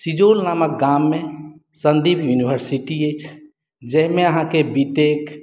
सिजौल नामक गाममे सन्दीप यूनिवर्सिटी अछि जेहिमे अहाँके बी टेक